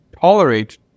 tolerate